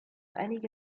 einige